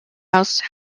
house